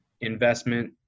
investment